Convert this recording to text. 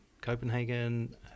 Copenhagen